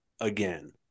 again